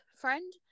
friend